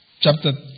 Chapter